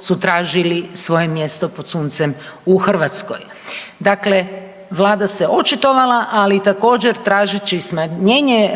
su tražili svoje mjesto pod suncem u Hrvatskoj. Dakle, Vlada se očitovala, ali također, tražeći smanjenje